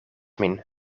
min